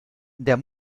der